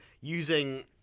using